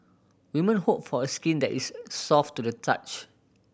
women hope for skin that is soft to the touch